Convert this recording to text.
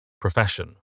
profession